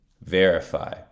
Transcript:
verify